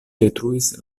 detruis